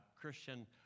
Christian